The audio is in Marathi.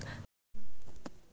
सामाजिक योजना मले कसा पायता येईन?